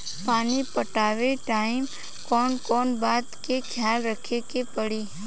पानी पटावे टाइम कौन कौन बात के ख्याल रखे के पड़ी?